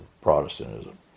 Protestantism